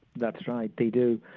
that's right, they do.